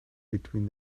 between